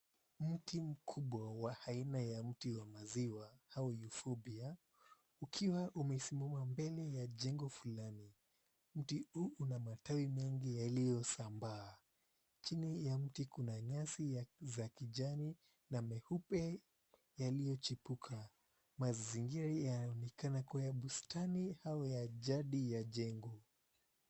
Mti mkubwa wa aina ya mti wa maziwa au Eufobia ukiwa umesimama mbele ya jengo fulani. Mti huu una matawi mengi yaliyosambaa, chini ya mti kuna nyasi za kijani na meupe yaliyochipuka mazingira yaonekana kuwa bustani au jadi ya jengo.